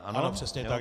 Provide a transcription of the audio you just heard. Ano, přesně tak.